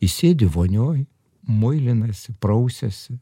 jis sėdi vonioj muilinasi prausiasi